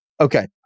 Okay